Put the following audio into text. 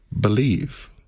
believe